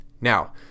Now